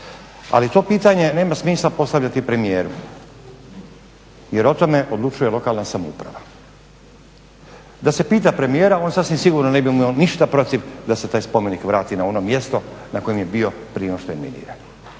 ali to pitanje nema smisla postavljati premijeru jer o tome odlučuje lokalna samouprava. Da se pita premijera on sasvim sigurno ne bi imao ništa protiv da se taj spomenik vrati na ono mjesto na kojem je bio prije nego